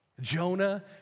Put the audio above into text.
Jonah